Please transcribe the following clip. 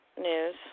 news